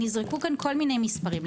נזרקו כאן כל מיני מספרים.